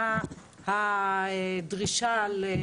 מה הדרישות.